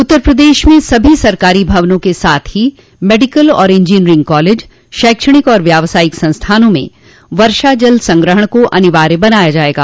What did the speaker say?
उत्तर प्रदेश में सभी सरकारी भवनों के साथ ही मेडिकल और इंजीनियरिंग कॉलेज शैक्षणिक और व्यावसायिक संस्थानों म वर्षा जल संग्रहण को अनिवार्य बनाया जाएगा